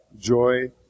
joy